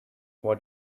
what